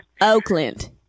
Oakland